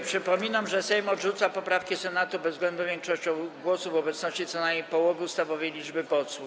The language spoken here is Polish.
Przypominam, że Sejm odrzuca poprawki Senatu bezwzględną większością głosów w obecności co najmniej połowy ustawowej liczby posłów.